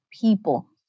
people